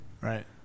Right